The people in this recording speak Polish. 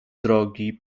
drogi